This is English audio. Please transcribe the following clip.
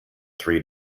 three